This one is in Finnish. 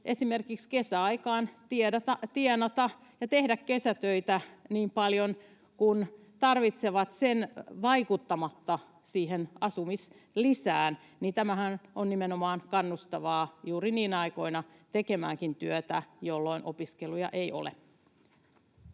esimerkiksi kesäaikaan tienata ja tehdä kesätöitä niin paljon kuin tarvitsevat ilman, että se vaikuttaa siihen asumislisään, eli tämähän nimenomaan kannustaa tekemään työtä juuri niinä aikoina, jolloin opiskeluja ei ole.